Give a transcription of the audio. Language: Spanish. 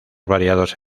variados